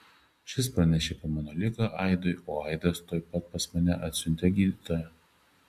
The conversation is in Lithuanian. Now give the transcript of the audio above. šis pranešė apie mano ligą aidui o aidas tuoj pat pas mane atsiuntė gydytoją